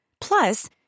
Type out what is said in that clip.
Plus